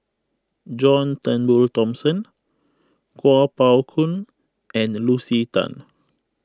John Turnbull Thomson Kuo Pao Kun and Lucy Tan